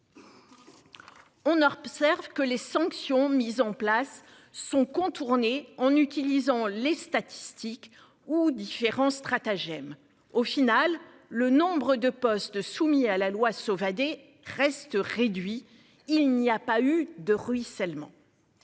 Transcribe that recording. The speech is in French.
On observe que les sanctions mises en place sont contournées en utilisant les statistiques ou différents stratagèmes. Au final, le nombre de postes soumis à la loi Sauvadet reste réduit. Il n'y a pas eu de ruissellement.